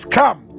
come